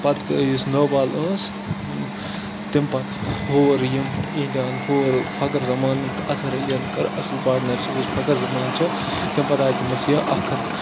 پَتہٕ یُس نو بال ٲس تَمہِ پَتہٕ ہور یِم اِنڈیاہَن ہوٗر فخر زمانَن اظہر علی یَن کٔر اَصٕل پاٹنَرشِپ یُس فخر زمان چھِ تَمہِ پَتہٕ آے تٔمِس یہِ اَکھ ہَتھ